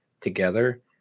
together